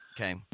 Okay